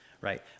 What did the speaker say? right